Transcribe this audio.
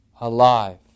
alive